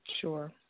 Sure